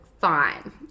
fine